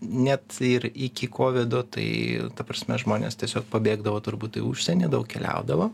net ir iki kovido tai ta prasme žmonės tiesiog pabėgdavo turbūt į užsienį daug keliaudavo